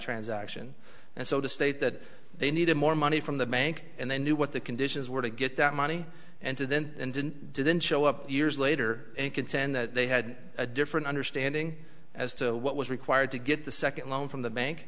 transaction and so to state that they needed more money from the bank and they knew what the conditions were to get that money and to then and didn't didn't show up years later and contend that they had a different understanding as to what was required to get the second loan from the bank